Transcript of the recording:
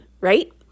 right